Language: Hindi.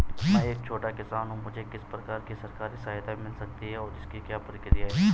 मैं एक छोटा किसान हूँ मुझे किस प्रकार की सरकारी सहायता मिल सकती है और इसकी क्या प्रक्रिया है?